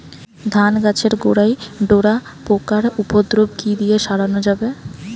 ধান গাছের গোড়ায় ডোরা পোকার উপদ্রব কি দিয়ে সারানো যাবে?